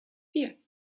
vier